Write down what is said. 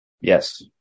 Yes